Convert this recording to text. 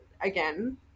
again